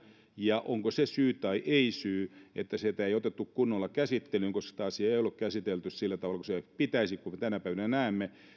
ja on se sitten syy tai ei siihen että sitä ei otettu kunnolla käsittelyyn niin tätä asiaa ei ole käsitelty sillä tavalla kuin pitäisi kuten me tänä päivänä näemme